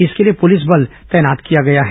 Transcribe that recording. इसके लिए पुलिस बल तैनात किया गया है